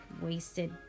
wasted